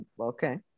okay